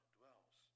dwells